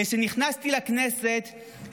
כשנכנסתי לכנסת,